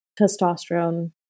testosterone